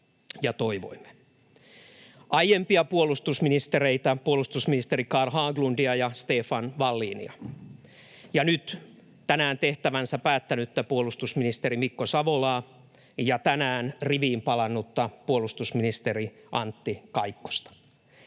puolustusministereitä, puolustusministeri Carl Haglundia ja Stefan Wallinia, ja nyt tänään tehtävänsä päättänyttä puolustusministeri Mikko Savolaa ja tänään riviin palannutta puolustusministeri Antti Kaikkosta.